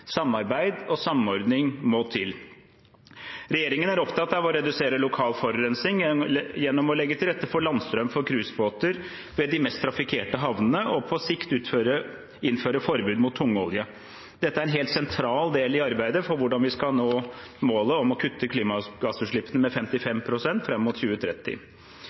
Samarbeid og samordning må til. Regjeringen er opptatt av å redusere lokal forurensing gjennom å legge til rette for landstrøm for cruisebåter ved de mest trafikkerte havnene, og på sikt innføre forbud mot tungolje. Dette er en helt sentral del i arbeidet for hvordan vi skal nå målet om å kutte klimagassutslippene med 55 pst. fram mot 2030.